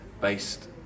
based